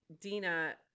Dina